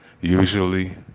usually